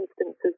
instances